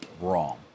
wrong